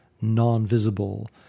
non-visible